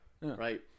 right